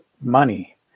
money